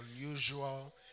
unusual